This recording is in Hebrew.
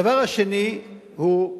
הדבר השני הוא,